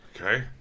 Okay